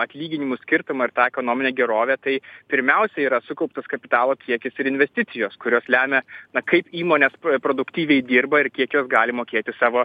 atlyginimų skirtumą ir tą ekonominę gerovę tai pirmiausia yra sukauptas kapitalo kiekis ir investicijos kurios lemia na kaip įmonės produktyviai dirba ir kiek jos gali mokėti savo